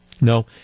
No